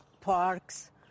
parks